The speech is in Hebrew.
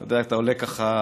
אתה יודע, אתה עולה ככה,